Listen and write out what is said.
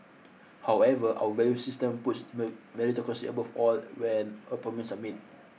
however our value system puts meritocracy above all when appointment submit